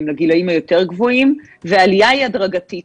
לגילאים היותר גבוהים והעלייה היא הדרגתית,